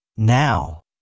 Now